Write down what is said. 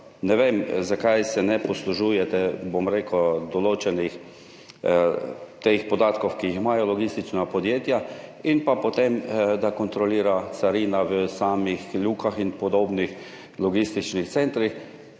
Ne vem, zakaj se ne poslužujete teh določenih podatkov, ki jih imajo logistična podjetja, in pa potem, da kontrolira carina v samih lukah in podobnih logističnih centrih,